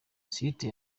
site